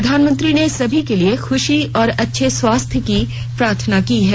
प्रधानमंत्री ने सभी के लिए खूशी और अच्छे स्वास्थ्य की प्रार्थना की है